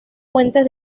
puentes